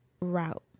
route